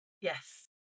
Yes